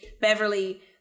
Beverly